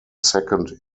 second